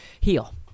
heal